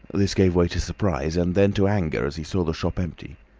this gave way to surprise, and then to anger, as he saw the shop empty.